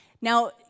Now